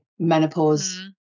menopause